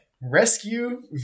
Rescue